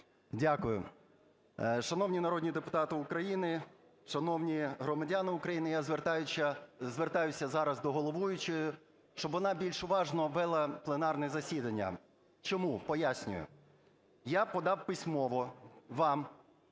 Дякую. Шановні народні депутати України, шановні громадяни України! Я звертаюся зараз до головуючої, щоб вона більш уважно вела пленарне засідання. Чому? Пояснюю. Я подав письмово вам